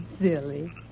Silly